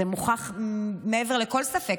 זה מוכח מעבר לכל ספק.